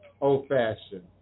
old-fashioned